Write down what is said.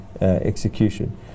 execution